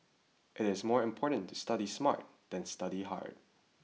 it is more important to study smart than study hard